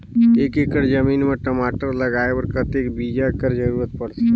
एक एकड़ जमीन म टमाटर लगाय बर कतेक बीजा कर जरूरत पड़थे?